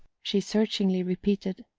she searchingly repeated.